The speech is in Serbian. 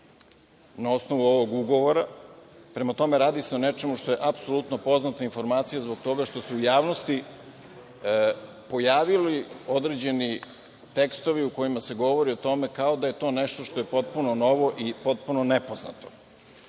na osnovu ovog ugovora. Prema tome, radi se o nečemu što je apsolutno poznata informacija, zbog toga što su se u javnosti pojavili određeni tekstovi o kojima se govori o tome kao da je to nešto što je potpuno novo i potpuno nepoznato. Nakon